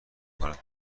کنند